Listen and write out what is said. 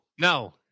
No